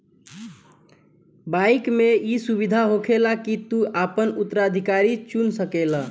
bike मे ई सुविधा होखेला की तू आपन उत्तराधिकारी चुन सकेल